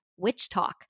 witchtalk